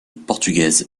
portugaise